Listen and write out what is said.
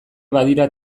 badira